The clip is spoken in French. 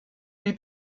lui